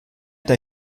der